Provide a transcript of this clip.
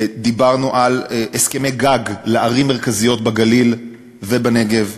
דיברנו על הסכמי-גג לערים מרכזיות בגליל ובנגב